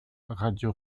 radio